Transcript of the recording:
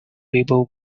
people